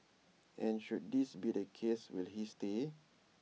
and should this be the case will he stay